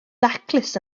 daclus